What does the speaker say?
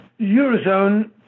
Eurozone